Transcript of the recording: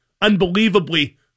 unbelievably